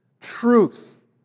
Truth